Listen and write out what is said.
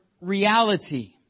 reality